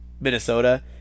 Minnesota